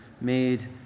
made